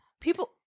People